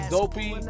Dopey